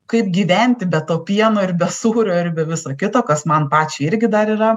kaip gyventi be to pieno ir be sūrio ir be viso kito kas man pačiai irgi dar yra